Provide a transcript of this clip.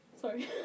Sorry